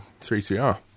3CR